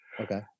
Okay